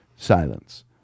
Silence